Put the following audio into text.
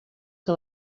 que